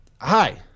Hi